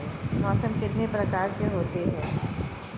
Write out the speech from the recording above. मौसम कितने प्रकार के होते हैं?